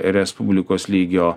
respublikos lygio